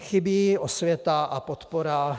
Chybí osvěta a podpora.